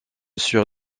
sur